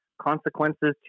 consequences